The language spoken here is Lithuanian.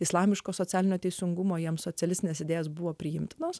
islamiškos socialinio teisingumo jam socialistinės idėjos buvo priimtinos